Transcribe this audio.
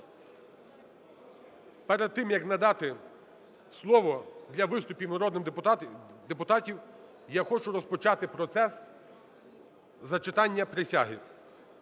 перед тим, як надати слово для виступів народним депутатам, я хочу розпочати процес зачитання присяги.